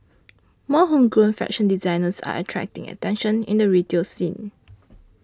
more homegrown fashion designers are attracting attention in the retail scene